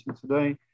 today